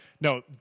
No